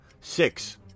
six